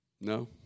No